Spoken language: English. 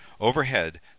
Overhead